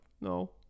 no